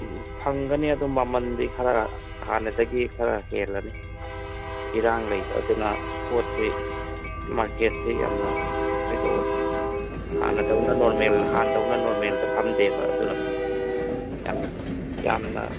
ꯎꯝ ꯎꯝ ꯐꯪꯒꯅꯤ ꯑꯗꯣ ꯃꯃꯟꯗꯤ ꯈꯔ ꯍꯥꯟꯅꯗꯒꯤ ꯈꯔ ꯍꯦꯜꯂꯅꯤ ꯏꯔꯥꯡ ꯂꯩꯕ ꯑꯗꯨꯅ ꯄꯣꯠꯁꯦ ꯃꯥꯔꯀꯦꯠꯁꯤ ꯌꯥꯝꯅ ꯀꯩꯗꯧꯋꯦ ꯍꯥꯟꯅꯇꯧꯅ ꯅꯣꯔꯃꯦꯜ ꯍꯥꯟꯅꯇꯧꯅ ꯅꯣꯔꯃꯦꯜꯗ ꯐꯝꯗꯦꯕ ꯑꯗꯨꯅ ꯌꯥꯝ ꯌꯥꯝꯅ